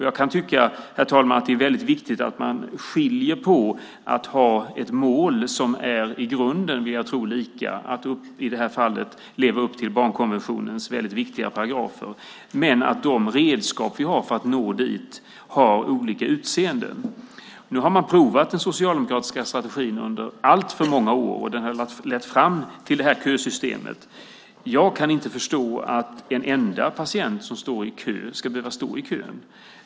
Jag kan tycka, herr talman, att det är väldigt viktigt att man skiljer på att ha ett mål, som jag tror i grunden är lika, som i det här fallet är att leva upp till barnkonventionens väldigt viktiga paragrafer, och att de redskap vi har för att nå dit har olika utseende. Nu har man provat den socialdemokratiska strategin under alltför många år, och den har lett fram till det här kösystemet. Jag kan inte förstå att en enda patient som står i kö ska behöva stå i kön.